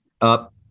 up